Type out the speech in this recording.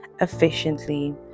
efficiently